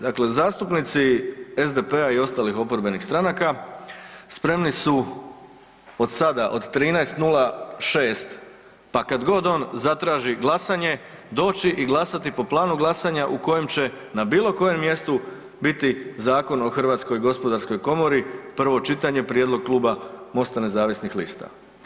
Dakle, zastupnici SDP-a i ostalih oporbenih stranaka spremni su od sada od 13,06 pa kad god on zatraži glasanje doći i glasati po planu glasanja u kojem će na bilo kojem mjestu biti Zakon o Hrvatskoj gospodarskoj komori prvo čitanje prijedlog kluba MOST-a nezavisnih lista.